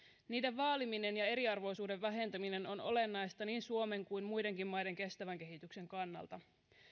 niiden vaaliminen ja eriarvoisuuden vähentäminen on olennaista niin suomen kuin muidenkin maiden kestävän kehityksen kannalta